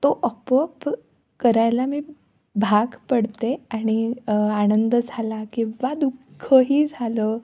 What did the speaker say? तो आपोआप करायला मी भाग पडते आणि आनंद झाला किंवा दुःखही झालं